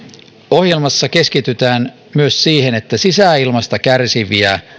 ohjelmassa keskitytään myös siihen että sisäilmasta kärsiviä